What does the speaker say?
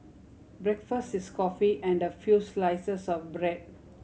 breakfast is coffee and a few slices of bread